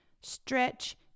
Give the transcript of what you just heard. stretch